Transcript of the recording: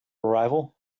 arrival